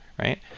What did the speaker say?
right